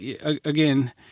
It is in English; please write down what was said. again